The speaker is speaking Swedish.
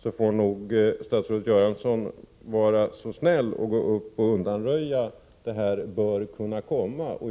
vägnar får nog statsrådet Göransson vara så snäll att undanröja frågetecknen kring när dessa sändningar kan börja.